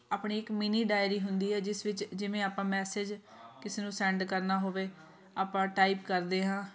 ਆਪਣੀ ਇੱਕ mini diary ਹੁੰਦੀ ਹੈ ਜਿਸ ਵਿੱਚ ਜਿਵੇਂ ਆਪਾਂ ਮੈਸੇਜ ਕਿਸੇ ਨੂੰ ਸੈਂਡ ਕਰਨਾ ਹੋਵੇ ਆਪਾਂ ਟਾਈਪ ਕਰਦੇ ਹਾਂ